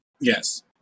Yes